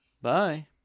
Bye